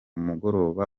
mugoroba